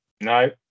No